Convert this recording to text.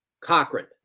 Cochrane